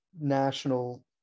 National